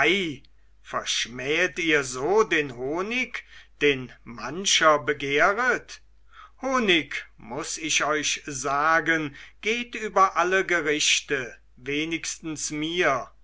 verschmähet ihr so den honig den mancher begehret honig muß ich euch sagen geht über alle gerichte wenigstens mir